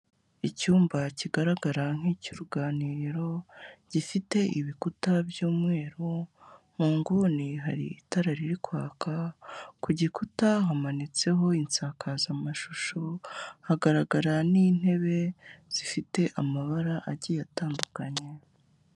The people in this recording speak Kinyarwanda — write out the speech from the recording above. Icyumba kigaragara nk'icy'uruganiriro gifite ibikuta by'umweru, mu nguni hari itara riri kwaka, ku gikuta hamanitseho insakazamashusho, hagaragara n'intebe zifite amabara agiye atandukanye.